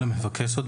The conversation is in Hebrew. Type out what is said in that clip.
למבקש זאת,